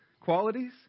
qualities